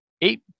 eight